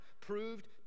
proved